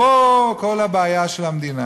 פה כל הבעיה של המדינה.